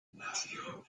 nació